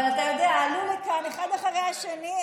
אבל אתה יודע, עלו לכאן אחד אחרי השני.